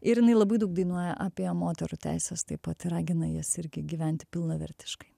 ir jinai labai daug dainuoja apie moterų teises taip pat ragina jas irgi gyventi pilnavertiškai